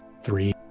three